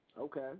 Okay